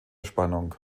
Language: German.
spannung